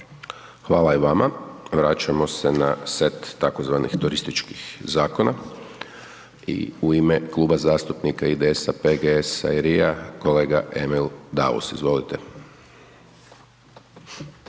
Siniša (SDP)** Vraćamo se na set tzv. turističkih zakona i u ime Kluba zastupnika IDS-a, PGS-a i RI-ja, kolega Emil Daus, izvolite.